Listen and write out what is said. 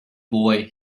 boy